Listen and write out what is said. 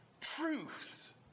truth